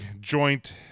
joint